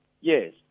Yes